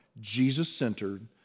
Jesus-centered